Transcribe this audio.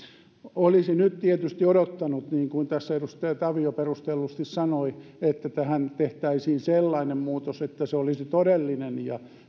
olisi nyt tietysti odottanut niin kuin tässä edustaja tavio perustellusti sanoi että tähän tehtäisiin sellainen muutos että se olisi todellinen ja